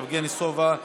יבגני סובה,